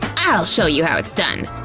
i'll show you how it's done.